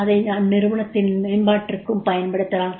அதை அந்நிறுவன மேம்பாட்டிற்கும் பயன்படுத்தலாம்